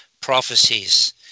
prophecies